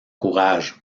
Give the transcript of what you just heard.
courage